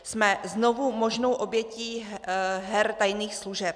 Jsme znovu možnou obětí her tajných služeb.